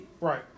Right